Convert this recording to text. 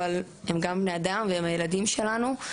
אבל הם גם בני אדם והם הילדים שלנו.